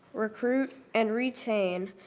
recruit, and retain,